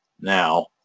now